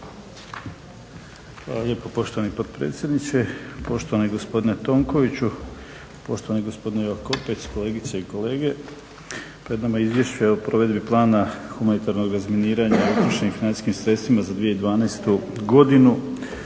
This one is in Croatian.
lijepo poštovani potpredsjedniče, poštovani gospodine Tonkoviću, poštovani gospodine Jakopec, kolegice i kolege. Pred nama je Izvješće o provedbi plana humanitarnog razminiranja i utrošenim financijskim sredstvima za 2012. godinu.